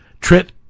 TRIT